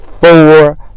four